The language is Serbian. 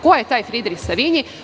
Ko je taj Fridrih Savinji?